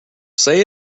say